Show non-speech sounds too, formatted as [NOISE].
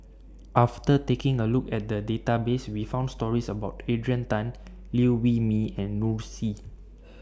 after taking A Look At The Database We found stories about Adrian Tan Liew Wee Mee and Noor Si [NOISE]